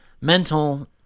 mental